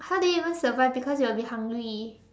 how do you even survive because you'll be hungry